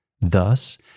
Thus